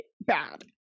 bad